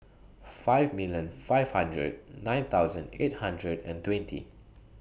five million five hundred nine thousand eight hundred and twenty